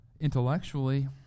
intellectually